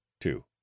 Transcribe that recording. two